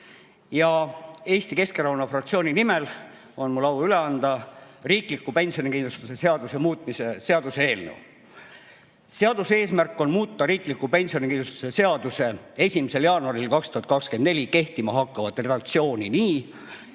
Eesti Keskerakonna fraktsiooni nimel on mul au üle anda riikliku pensionikindlustuse seaduse muutmise seaduse eelnõu. Seadus[eelnõu] eesmärk on muuta riikliku pensionikindlustuse seaduse 1. jaanuaril 2024 kehtima hakkavat redaktsiooni nii,